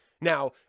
Now